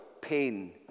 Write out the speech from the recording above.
pain